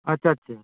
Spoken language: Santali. ᱟᱪᱷᱟ ᱪᱷᱟ